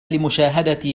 لمشاهدة